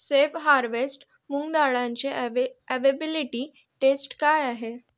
safe harvest मूंगडाळाचे अव्हे availability test काय आहे